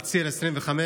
על ציר 25,